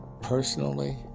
personally